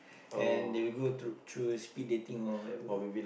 and they will go through through speed dating or whatever